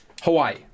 Hawaii